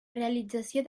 realització